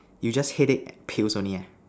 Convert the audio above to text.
you just headache pills only ah